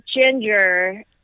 ginger